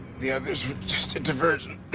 the others were just a diversion.